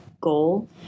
goal